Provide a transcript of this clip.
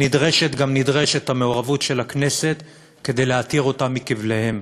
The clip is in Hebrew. ונדרשת גם נדרשת המעורבות של הכנסת כדי להתיר את כבליהם,